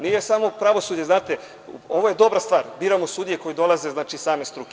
Nije samo pravosuđe, znate, ovo je dobra stvar, biramo sudije koji dolaze iz same struke.